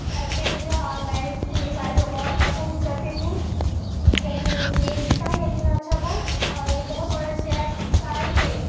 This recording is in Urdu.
اچھی ہوتی تھی اور میں ان کی شاعری کو بہت پسند بھی کرتی تھی کیونکہ یہ لکھتا ہی اتنا اچھا تھا اور یہ بہت بڑے شاعر تھے